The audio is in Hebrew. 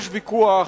יש ויכוח,